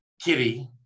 Kitty